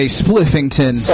spliffington